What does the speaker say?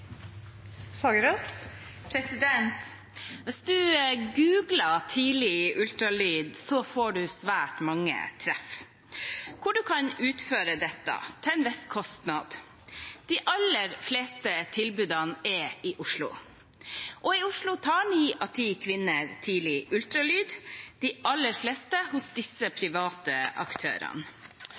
Hvis man googler tidlig ultralyd, får man svært mange treff om hvor man kan utføre dette, til en viss kostnad. De aller fleste tilbudene er i Oslo. I Oslo tar ni av ti kvinner tidlig ultralyd, de aller fleste hos de private aktørene.